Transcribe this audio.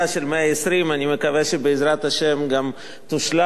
של 120. אני מקווה שבעזרת השם היא גם תושלם,